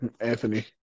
Anthony